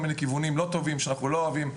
מיני כיוונים לא טובים שאנחנו לא אוהבים.